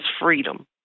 freedom